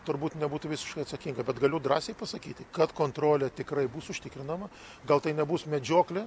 turbūt nebūtų visiškai atsakinga bet galiu drąsiai pasakyti kad kontrolė tikrai bus užtikrinama gal tai nebus medžioklė